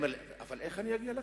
הוא אומר לי: אבל איך אני אגיע לכנסת,